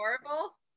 adorable